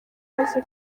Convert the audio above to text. amaze